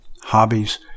hobbies